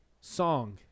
Song